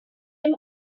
him